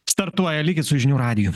startuoja likit su žinių radiju